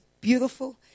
beautiful